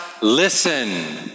listen